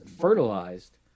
fertilized